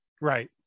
Right